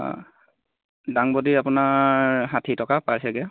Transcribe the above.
অঁ দাংবদী আপোনাৰ ষাঠি টকা পাইছেগৈ